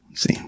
See